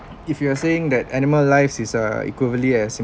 if you are saying that animal lives is uh equivally as